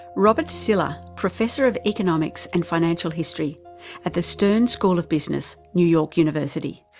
robert sylla, professor of economics and financial history at the stern school of business, new york university.